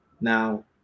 Now